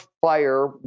fire